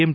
M